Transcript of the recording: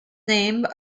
name